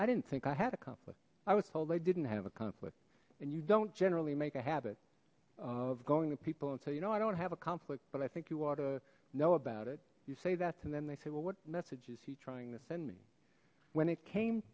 i didn't think i had a comfort i was told they didn't have a conflict and you don't generally make a habit of going to people until you know i don't have a conflict but i think you want to know about it you say that and then they say well what message is he trying to send me when it came